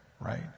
right